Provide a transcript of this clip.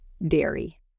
dairy